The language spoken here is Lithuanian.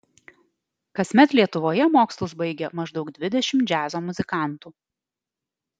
kasmet lietuvoje mokslus baigia maždaug dvidešimt džiazo muzikantų